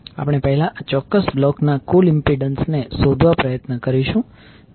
આપણે પહેલા આ ચોક્કસ બ્લોક ના કુલ ઇમ્પિડન્સ ને શોધવા પ્રયત્ન કરીશું